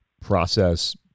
process